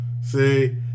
See